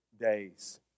days